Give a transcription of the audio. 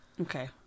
Okay